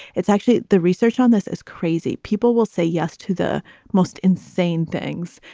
it's actually the research on this is crazy. people will say yes to the most insane things,